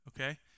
okay